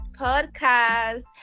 podcast